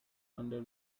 under